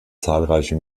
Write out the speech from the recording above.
zahlreiche